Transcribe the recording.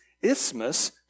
isthmus